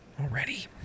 already